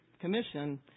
Commission